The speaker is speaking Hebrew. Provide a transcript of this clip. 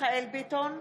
מיכאל מרדכי ביטון,